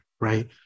right